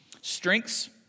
strengths